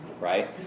right